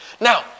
Now